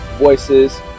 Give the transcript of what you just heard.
voices